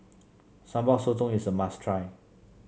Sambal Sotong is a must try